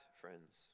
friends